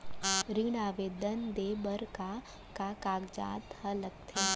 ऋण आवेदन दे बर का का कागजात ह लगथे?